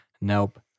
Nope